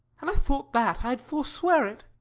and i thought that, i'd forswear it.